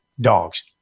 dogs